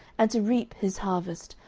and to reap his harvest,